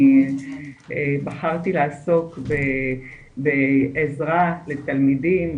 אני בחרתי לעסוק בעזרה לתלמידים,